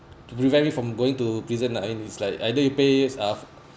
to prevent me from going to prison lah I mean it's like either you pay this off